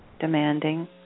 demanding